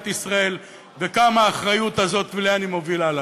ישראל וכמה האחריות הזאת ולאן היא מובילה אותנו,